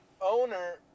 owner